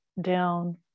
down